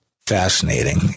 fascinating